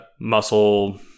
muscle